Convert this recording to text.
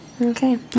Okay